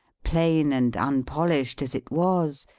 plain and unpolished as it was,